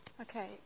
Okay